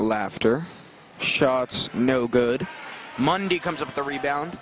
laughter shots no good monday comes of the rebound